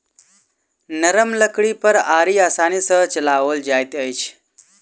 नरम लकड़ी पर आरी आसानी सॅ चलाओल जाइत अछि